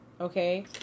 Okay